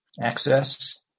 access